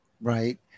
Right